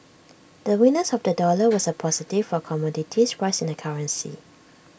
the weakness of the dollar was A positive for commodities priced in the currency